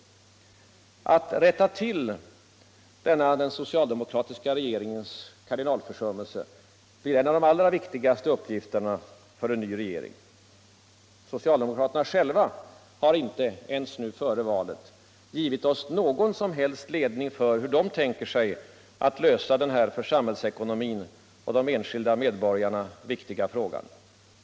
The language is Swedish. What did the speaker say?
Att rätta till denna den socialdemokratiska regeringens kardinalför summelse blir en av de allra viktigaste uppgifterna för en ny regering. Socialdemokraterna själva har ju inte — ens nu inför valet — givit oss någon som helst ledning för hur de tänker sig att lösa denna för samhällsekonomin och de enskilda medborgarna viktiga fråga.